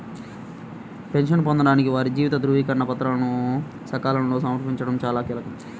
పెన్షన్ను పొందడానికి వారి జీవిత ధృవీకరణ పత్రాలను సకాలంలో సమర్పించడం చాలా కీలకం